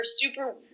super